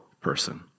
person